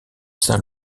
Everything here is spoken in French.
saint